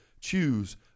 choose